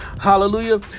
hallelujah